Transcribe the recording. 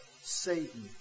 Satan